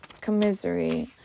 commissary